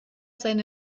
seine